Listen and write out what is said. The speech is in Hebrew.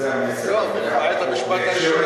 זה למעט המשפט הראשון.